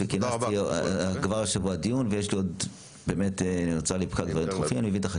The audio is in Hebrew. כינסתי כבר השבוע דיון, ויש לי עוד דברים דחופים.